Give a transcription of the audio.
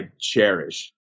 cherish